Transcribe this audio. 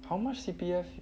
how much C_P_F